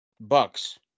Bucks